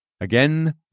Again